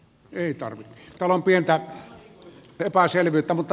ei muuta